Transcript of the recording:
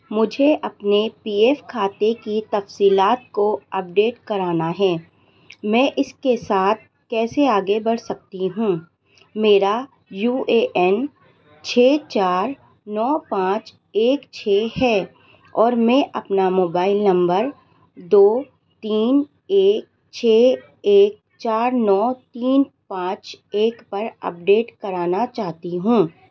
مجھے اپنے پی ایف کھاتے کی تفصیلات کو اپ ڈیٹ کرانا ہے میں اس کے ساتھ کیسے آگے بڑھ سکتی ہوں میرا یو اے این چھ چار نو پانچ ایک چھ ہے اور میں اپنا موبائل نمبر دو تین ایک چھ ایک چار نو تین پانچ ایک پر اپ ڈیٹ کرانا چاہتی ہوں